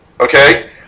Okay